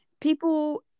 People